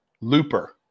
Looper